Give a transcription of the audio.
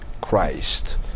Christ